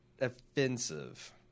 offensive